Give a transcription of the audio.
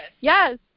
Yes